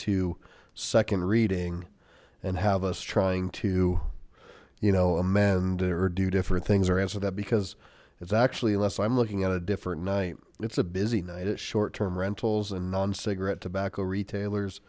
to second reading and have us trying to you know amend it or do different things or answer that because it's actually unless i'm looking at a different night it's a busy night at short term rentals and non cigarette tobacco retailers